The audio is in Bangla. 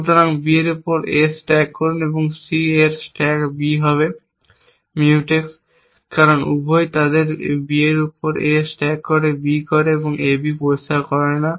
সুতরাং B এর উপর A স্ট্যাক করুন এবং C এর স্ট্যাক B হবে Mutex কারণ উভয়ই তাদের তাই B এর উপর A স্ট্যাক B করে A B পরিষ্কার করে না